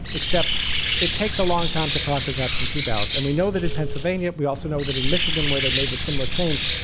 except it takes a long time to process absentee ballots. and we know that in pennsylvania. we also know that in michigan, where they made a similar change,